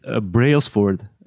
Brailsford